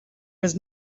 was